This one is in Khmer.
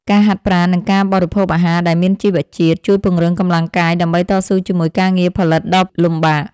ការហាត់ប្រាណ និងការបរិភោគអាហារដែលមានជីវជាតិ ជួយពង្រឹងកម្លាំងកាយដើម្បីតស៊ូជាមួយការងារផលិតដ៏លំបាក។